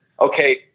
okay